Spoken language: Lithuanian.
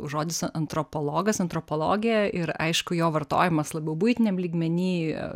žodis antropologas antropologija ir aišku jo vartojimas labiau buitiniam lygmeny